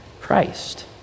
Christ